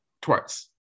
Twice